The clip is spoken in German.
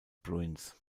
bruins